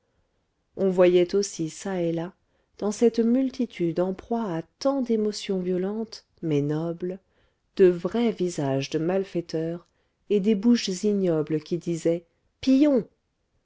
on voyait aussi çà et là dans cette multitude en proie à tant d'émotions violentes mais nobles de vrais visages de malfaiteurs et des bouches ignobles qui disaient pillons